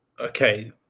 Okay